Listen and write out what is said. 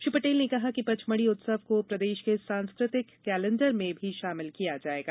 श्री पटेल ने कहा कि पचमढ़ी उत्सव को प्रदेश के संस्कृति कलेण्डर में शामिल किया जायेगा